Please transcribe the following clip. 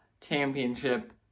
Championship